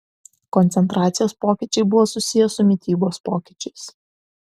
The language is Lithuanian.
koncentracijos pokyčiai buvo susiję su mitybos pokyčiais